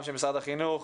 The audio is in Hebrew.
גם של משרד החינוך,